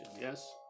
yes